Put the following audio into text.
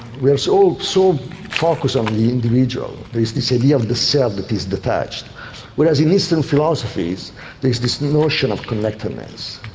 we are so all so focussed on the individual, there is this idea of the self that is detached whereas in eastern philosophies there's this notion of connectedness.